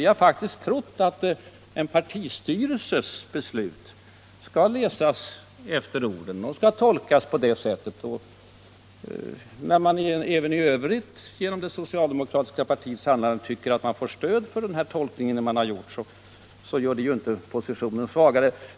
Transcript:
Vi har faktiskt trott att en partistyrelses beslut skall läsas efter orden och tolkas på det sättet. När man även i övrigt genom det socialdemokratiska partiets handlande tycker att man får stöd för den här tolkningen gör detta ju inte positionen svagare.